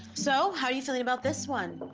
so how are you feeling about this one?